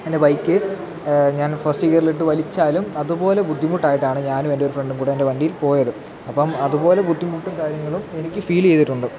എൻ്റെ ബൈക്ക് ഞാൻ ഫസ്റ്റ് ഗിയറിലിട്ടു വലിച്ചാലും അതുപോലെ ബുദ്ധിമുട്ടായിട്ടാണ് ഞാനും എൻറ്റൊരു ഫ്രണ്ടും കൂടെ എൻ്റെ വണ്ടിയിൽ പോയത് അപ്പോള് അതുപോലെ ബുദ്ധിമുട്ടും കാര്യങ്ങളും എനിക്ക് ഫീലീയ്തിട്ടുണ്ട്